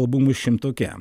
albumų šimtuke